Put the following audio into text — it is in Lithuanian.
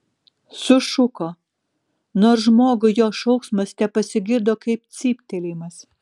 sušuko nors žmogui jo šauksmas tepasigirdo kaip cyptelėjimas